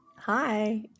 hi